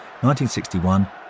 1961